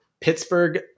Pittsburgh